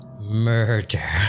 Murder